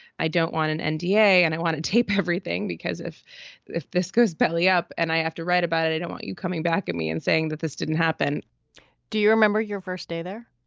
i don't want an and nda and i want to tape everything, because if if this goes belly up and i have to write about it, i don't want you coming back at me and saying that this didn't happen do you remember your first day there?